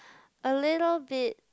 a little bit